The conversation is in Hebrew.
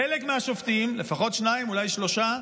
חלק מהשופטים, לפחות שניים, אולי שלושה,